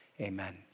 Amen